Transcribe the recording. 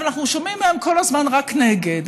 אבל אנחנו שומעים מהם כל הזמן רק נגד.